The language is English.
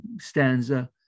stanza